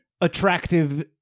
attractive